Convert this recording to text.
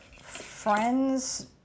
friends